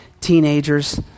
teenagers